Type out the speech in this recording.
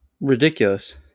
ridiculous